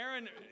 Aaron